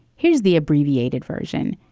here's the abbreviated version.